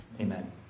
Amen